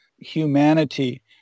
humanity